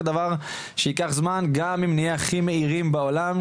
דבר שייקח זמן וגם אם נהיה הכי מהירים בעולם,